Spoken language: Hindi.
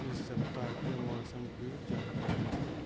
इस सप्ताह के मौसम की जानकारी